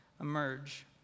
emerge